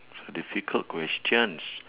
difficult questions